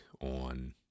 on